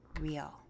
real